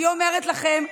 אני אומרת לכם,